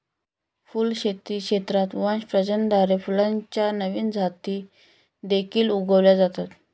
फुलशेती क्षेत्रात वंश प्रजननाद्वारे फुलांच्या नवीन जाती देखील उगवल्या जातात